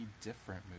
different